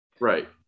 Right